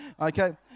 Okay